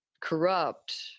corrupt